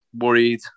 worried